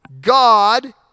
God